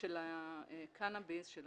של הקנאביס, של